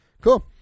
Cool